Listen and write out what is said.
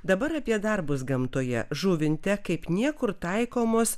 dabar apie darbus gamtoje žuvinte kaip niekur taikomos